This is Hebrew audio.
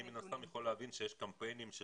אני מן הסתם יכול להבין שיש קמפיינים של